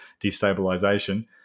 destabilization